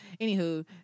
Anywho